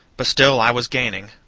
but still i was gaining.